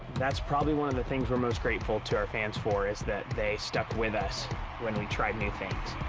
that's probably one of the things we're most grateful to our fans for is that they stuck with us when we tried new things.